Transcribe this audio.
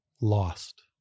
lost